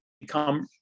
become